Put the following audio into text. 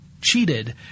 cheated